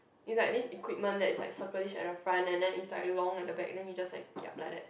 it's like this equipment that is like circle-ish in the front and then is like long at the back ring is just like kiap like that